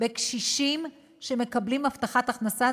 בקשישים שמקבלים הבטחת הכנסה,